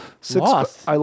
six